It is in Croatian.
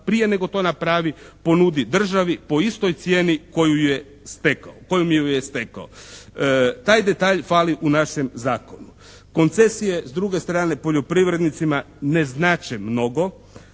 prije nego to napravi ponudi državi po istoj cijeni kojom ju je stekao. Taj detalj fali u našem zakonu. Koncesije s druge strane poljoprivrednicima ne znače mnogo